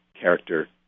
character